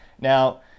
Now